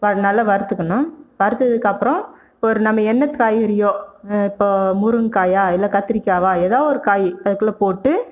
அது நல்லா வறுத்துக்கணும் வறுத்ததுக்கப்பறம் இப்போ ஒரு நம்ம என்ன காய்கறியோ இப்போ முருங்கக்காயா இல்லை கத்திரிக்காவா எதா ஒரு காய் அதுக்குள்ளே போட்டு